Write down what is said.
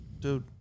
Dude